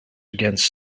against